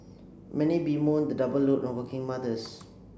many bemoan the double load on working mothers